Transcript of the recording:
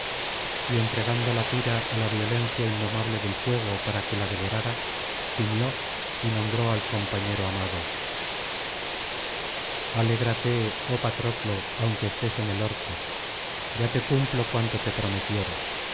y entregando la pira á la violencia indomable del fuego para que la devorara gimió y nombró al compañero amado alégrate oh patroclo aunque estés en el orco ya te cumplo cuanto te prometiera